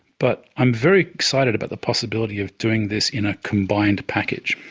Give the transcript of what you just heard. but i'm very excited about the possibility of doing this in a combined package.